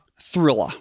Thriller